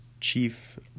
Chief